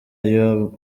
y’uwo